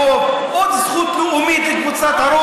למה לך חשובה הגדרה לאומית ולעם היהודי לא?